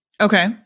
okay